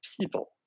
people